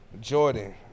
jordan